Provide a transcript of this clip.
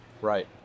right